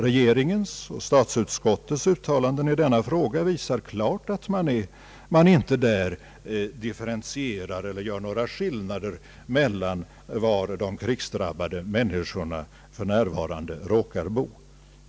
Regeringens och statsutskottets uttalanden i denna fråga visar klart att man inte gör några skillnader mellan var de krigsdrabbade människorna för närvarande råkar bo.